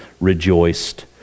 rejoiced